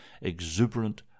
exuberant